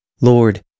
Lord